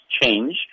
change